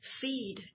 feed